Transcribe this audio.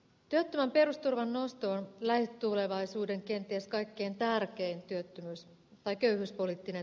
työttömän perusturvan nosto on lähitulevaisuuden kenties kaikkein tärkein työttömyys vaikeus oli tine